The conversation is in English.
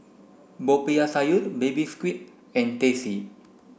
Popiah Sayur baby squid and Teh C